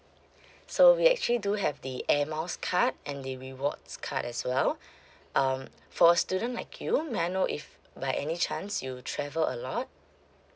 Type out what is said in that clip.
so we actually do have the air miles card and the rewards card as well um for student like you may I know if by any chance you travel a lot